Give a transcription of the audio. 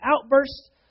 outbursts